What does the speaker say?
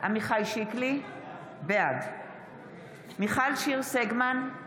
עמיחי שיקלי, בעד מיכל שיר סגמן,